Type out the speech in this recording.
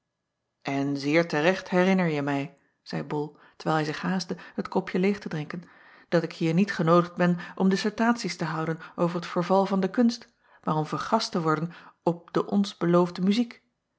n zeer te recht herinnerje mij zeî ol terwijl hij zich haastte het kopje leêg te drinken dat ik hier niet genoodigd ben om dissertaties te houden over t verval van de kunst maar om vergast te worden op de ons beloofde muziek